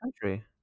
country